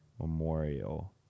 memorial